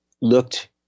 looked